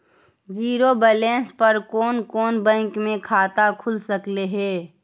Zero balance पर कोन कोन बैंक में खाता खुल सकले हे?